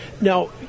Now